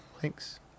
Thanks